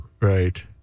Right